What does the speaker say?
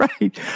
Right